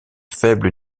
faible